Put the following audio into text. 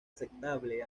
aceptable